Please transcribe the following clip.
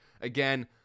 Again